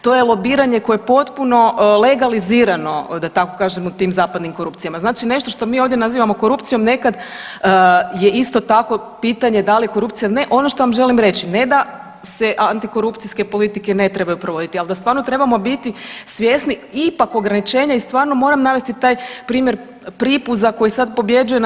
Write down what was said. To je lobiranje koje je potpuno legalizirano da tako kažem u tim zapadnim korupcijama, znači nešto što mi ovdje nazivamo korupcijom nekad je isto tako pitanje da li je korupcija, ne, ono što vam želim reći ne da se antikorupcijske politike ne trebaju provoditi, al da stvarno trebamo biti svjesni ipak ograničenja i stvarno moram navesti taj primjer Pripuza koji sad pobjeđuje na